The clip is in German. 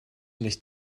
nicht